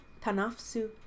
tanafsu